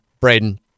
Braden